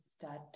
start